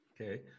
Okay